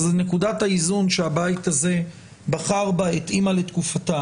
אז נקודת האיזון שהבית הזה בחר בה התאימה לתקופתה.